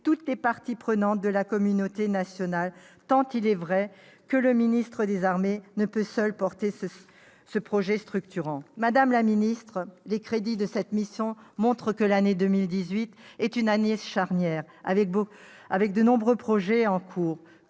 toutes les parties prenantes de la communauté nationale, tant il est vrai que le ministre des armées ne peut, seul, porter ce projet structurant. Madame la secrétaire d'État, les crédits de cette mission montrent que 2018 sera une année charnière, avec de nombreux projets en cours